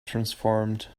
transformed